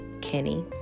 Kenny